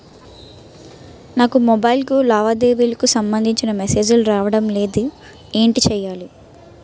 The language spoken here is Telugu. నాకు మొబైల్ కు లావాదేవీలకు సంబందించిన మేసేజిలు రావడం లేదు ఏంటి చేయాలి?